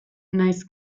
nahiz